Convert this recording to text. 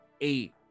eight